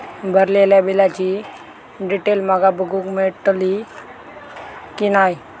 भरलेल्या बिलाची डिटेल माका बघूक मेलटली की नाय?